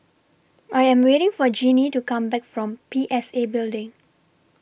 I Am waiting For Genie to Come Back from P S A Building